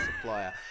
supplier